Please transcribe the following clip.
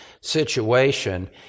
situation